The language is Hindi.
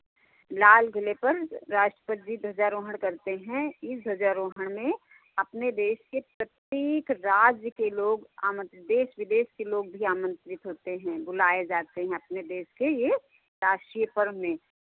लाल किले पर राष्ट्रपति जी ध्वजारोहण करते हैं इस ध्वजारोहण में अपने देश के प्रत्येक राज्य के लोग आमन्त्रित देश विदेश के लोग भी आमन्त्रित होते हैं बुलाए जाते हैं अपने देश के ये राष्ट्रीय पर्व में